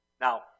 Now